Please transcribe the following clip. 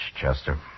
Chester